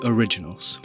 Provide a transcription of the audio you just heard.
Originals